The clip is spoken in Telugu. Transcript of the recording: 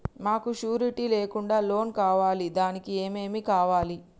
మాకు షూరిటీ లేకుండా లోన్ కావాలి దానికి ఏమేమి కావాలి?